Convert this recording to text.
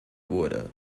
wurde